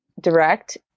direct